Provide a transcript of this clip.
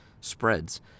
spreads